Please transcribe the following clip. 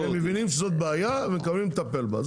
הם הצהירו לפני שבועיים שהם מבינים שזאת בעיה והם מתכוונים לטפל בה.